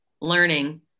learning